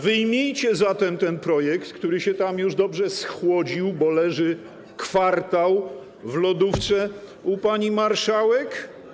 Wyjmijcie zatem ten projekt, który się już dobrze schłodził, bo leży kwartał w lodówce u pani marszałek.